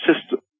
system